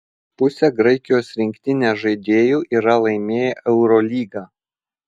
pusė graikijos rinktinės žaidėjų yra laimėję eurolygą